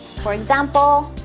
for example,